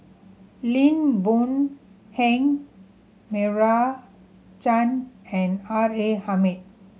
Lim Boon Heng Meira Chand and R A Hamid